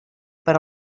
per